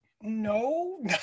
no